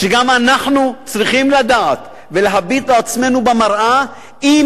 גם אנחנו צריכים לדעת ולהביט על עצמנו במראה אם